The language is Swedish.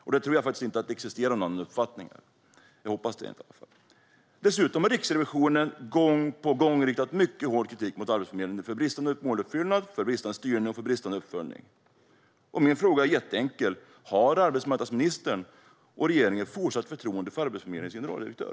Jag tror faktiskt inte att det existerar någon annan uppfattning här. Jag hoppas inte det i alla fall. Dessutom har Riksrevisionen gång på gång riktat mycket hård kritik mot Arbetsförmedlingen angående bristande måluppfyllelse, bristande styrning och bristande uppföljning. Min fråga är jätteenkel: Har arbetsmarknadsministern och regeringen fortsatt förtroende för Arbetsförmedlingens generaldirektör?